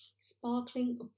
Sparkling